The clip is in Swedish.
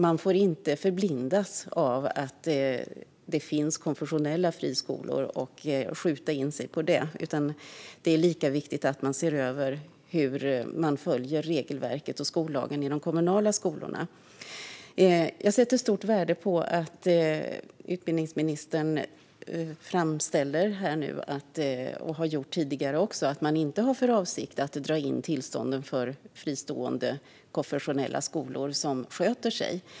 Man får inte förblindas av att det finns konfessionella friskolor och skjuta in sig på det, utan det är lika viktigt att man ser över hur regelverket och skollagen följs i de kommunala skolorna. Jag sätter stort värde på att utbildningsministern här och nu framför och även tidigare har framfört att man inte har för avsikt att dra in tillstånden för fristående konfessionella skolor som sköter sig.